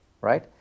right